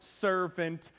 servant